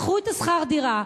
קחו את שכר הדירה,